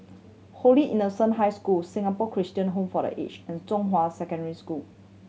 Holy Innocent High School Singapore Christian Home for The Aged and Zhonghua Secondary School